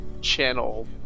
channel